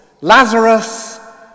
Lazarus